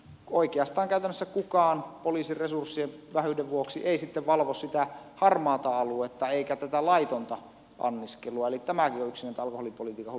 oikeastaan käytännössä kukaan ei poliisin resurssien vähyyden vuoksi sitten valvo sitä harmaata aluetta eikä tätä laitonta anniskelua eli tämäkin on yksi näitä alkoholipolitiikan hullunkurisuuksia